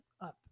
up